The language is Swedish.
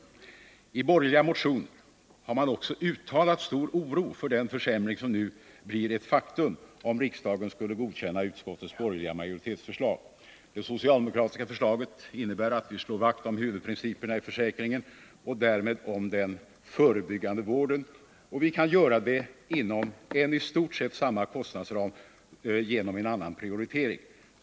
I borgerliga motioner har man också uttalat stor oro för den försämring som blir ett faktum, om riksdagen skulle godkänna utskottets borgerliga majoritetsförslag. Det socialdemokratiska förslaget innebär att vi slår vakt om försäkringens huvudprinciper och därmed om den förebyggande vården, och detta inom i stort sett samma kostnadsram på grund av en annan prioritering.